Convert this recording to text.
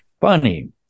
funny